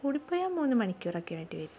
കൂടിപ്പോയാൽ മൂന്ന് മണിക്കൂർ ഒക്കെ വേണ്ടി വരും